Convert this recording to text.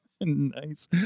Nice